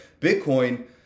Bitcoin